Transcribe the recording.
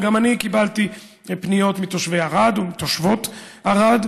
וגם אני קיבלתי פניות מתושבי ערד ומתושבות ערד,